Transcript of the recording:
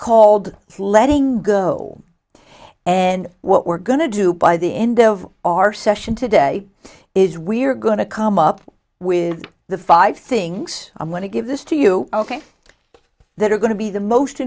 called letting go and what we're going to do by the end of our session today is we're going to come up with the five things i'm going to give this to you ok that are going to be the most